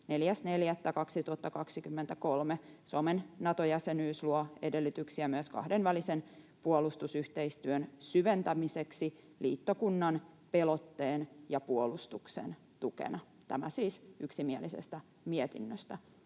4.4.2023. Suomen Nato-jäsenyys luo edellytyksiä myös kahdenvälisen puolustusyhteistyön syventämiseksi liittokunnan pelotteen ja puolustuksen tukena.” Tämä siis yksimielisestä mietinnöstä,